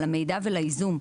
למידע ולייזום.